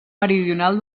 meridional